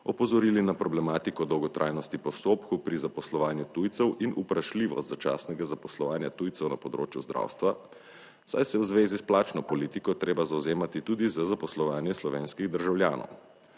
opozorili na problematiko dolgotrajnosti postopkov pri zaposlovanju tujcev in vprašljivost začasnega zaposlovanja tujcev na področju zdravstva, saj se je v zvezi s plačno politiko treba zavzemati tudi za zaposlovanje slovenskih državljanov.